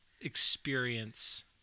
experience